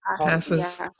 passes